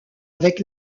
avec